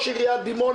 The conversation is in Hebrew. מאיר כהן,